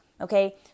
Okay